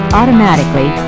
automatically